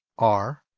r,